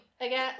again